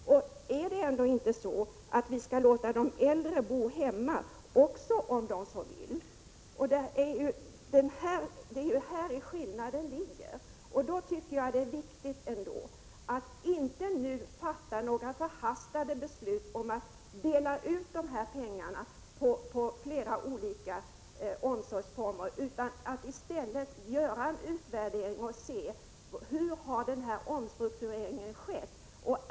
Vi skall väl låta de äldre bo hemma om de så vill. Det är här skillnaden ligger. Det är viktigt att vi nu inte fattar några förhastade beslut om att dela ut dessa pengar till flera olika omsorgsformer utan i stället gör en utvärdering för att se hur omstruktureringen har skett.